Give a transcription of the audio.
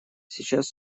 сейчас